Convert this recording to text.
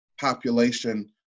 population